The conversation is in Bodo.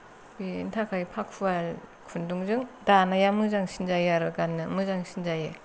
बेनि थाखाय फाखुवा खुन्दुंजों दानाया मोजांसिन जायो आरो गाननो मोजांसिन जायो